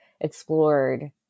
explored